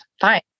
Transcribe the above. fine